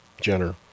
jenner